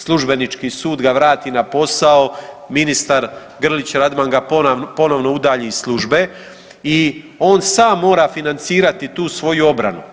Službenički sud ga vrati na posao, ministar Grlić-Radman ga ponovno udalji iz službe i on sam mora financirati tu svoju obranu.